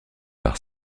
par